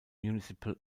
municipal